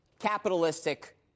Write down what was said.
capitalistic